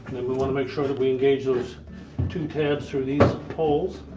we want to make sure that we engage those two tabs through these holes.